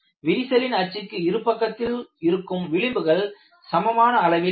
விரிசலின் அச்சுக்கு இரு பக்கத்திலும் இருக்கும் விளிம்புகள் சமமான அளவில் இல்லை